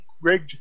Greg